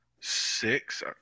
Six